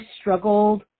struggled